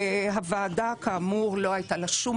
לוועדה, כאמור, לא הייתה שום